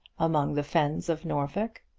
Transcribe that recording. among the fens of norfolk.